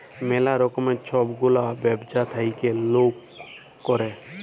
ম্যালা রকমের ছব গুলা ব্যবছা থ্যাইকে লক ক্যরে